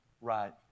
right